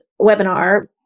webinar